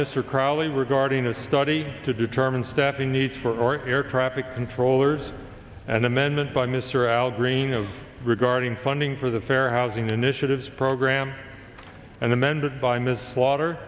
mr crowley regarding a study to determine staffing needs for our air traffic controllers and amendment by mr al green of regarding funding for the fair housing initiatives program and amended by ms slaughter